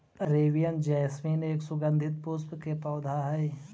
Arabian jasmine एक सुगंधित पुष्प के पौधा हई